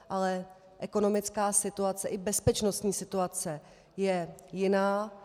Ale ekonomická situace, i bezpečnostní situace je jiná.